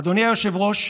אדוני היושב-ראש,